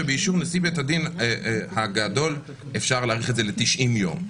ובאישור נשיא בית הדין הגדול אפשר להאריך את זה ל-90 יום.